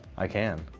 i can.